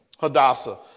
Hadassah